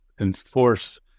enforce